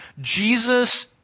Jesus